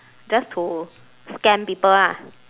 just to scam people lah